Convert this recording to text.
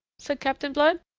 said captain blood.